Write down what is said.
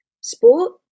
sport